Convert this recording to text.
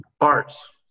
Arts